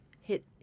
hit